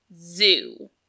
Zoo